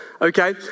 okay